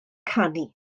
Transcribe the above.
canu